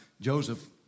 Joseph